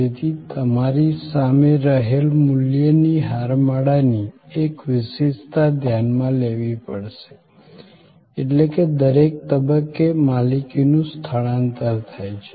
તેથી તમારી સામે રહેલ મૂલ્યની હારમાળાની એક વિશેષતા ધ્યાનમાં લેવી પડશે એટલે કે દરેક તબક્કે માલિકીનું સ્થાનાંતર થાય છે